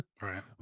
right